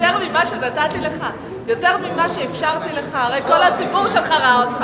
תאפשרו לחבר הכנסת חנין לדבר.